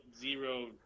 zero